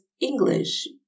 English